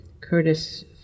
Curtis